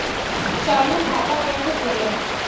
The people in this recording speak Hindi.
चालू खाता कैसे खोलें?